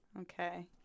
Okay